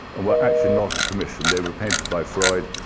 and were actually not a commission. they were painted by freud,